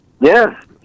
Yes